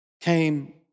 came